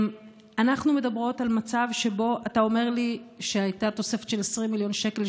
אנחנו מדברות על מצב שבו אתה אומר לי שהייתה תוספת של 20 מיליון שקל,